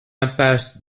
impasse